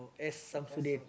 S-Samsuddin